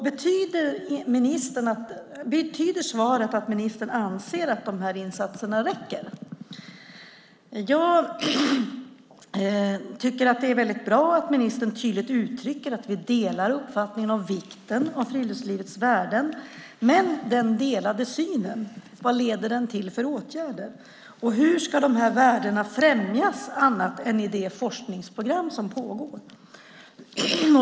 Betyder svaret att ministern anser att insatserna räcker? Det är väldigt bra att ministern tydligt uttrycker att vi delar uppfattning om vikten av friluftslivets värden. Men vilka åtgärder leder den delade synen till? Hur ska de värdena främjas annat än i det forskningsprogram som pågår?